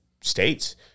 states